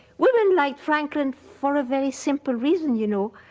women liked franklin for a very simple reason, you know,